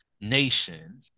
nation